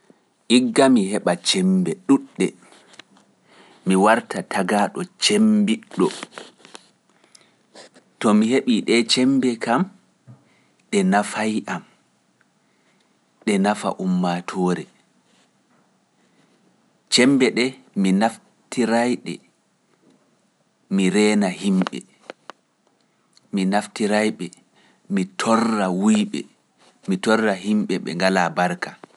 Igga mi heɓa cembe ɗuɗɗe, mi warta tagaaɗo cembiɗɗo. To mi heɓii ɗee cembe kam, ɗe nafay am, ɗe nafa ummaa toore. Cembe ɗe mi naftiray ɗe, mi reena himɓe, mi naftiray de, mi torra wuyɓe, mi torra himɓe ɓe ngalaa barka.